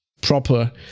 proper